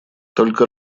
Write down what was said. только